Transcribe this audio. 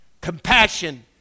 compassion